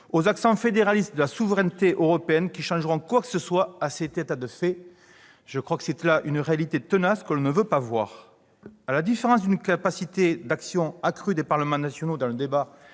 aux accents fédéralistes sur la « souveraineté européenne » qui changeront quoi que ce soit à cet état de fait. C'est une réalité tenace que l'on ne veut pas voir. À la différence d'une capacité d'action accrue des parlements nationaux dans le débat